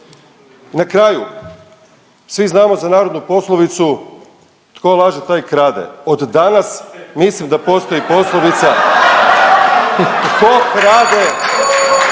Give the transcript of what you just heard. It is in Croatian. na kraju svi znamo za narodnu poslovicu tko laže taj i krade. Od danas mislim da postoji poslovica tko krade,